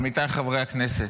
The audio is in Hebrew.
עמיתיי חברי הכנסת,